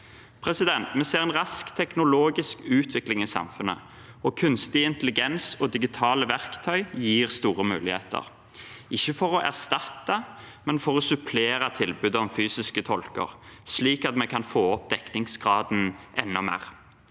forutsigbar. Vi ser en rask teknologisk utvikling i samfunnet, og kunstig intelligens og digitale verktøy gir store muligheter – ikke for å erstatte, men for å supplere tilbudet om fysiske tolker, slik at vi kan få opp dekningsgraden enda mer.